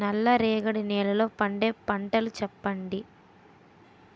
నల్ల రేగడి నెలలో పండే పంటలు చెప్పండి?